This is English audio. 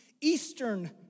eastern